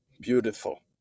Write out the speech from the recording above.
beautiful